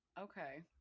okay